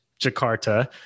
Jakarta